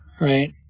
Right